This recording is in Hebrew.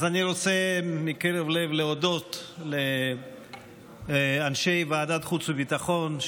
אני רוצה להודות מקרב לב לאנשי ועדת החוץ והביטחון,